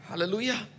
Hallelujah